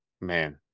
Man